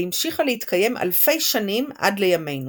והמשיכה להתקיים אלפי שנים עד לימינו.